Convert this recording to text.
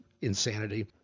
insanity